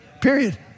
Period